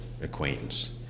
acquaintance